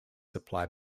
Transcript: supply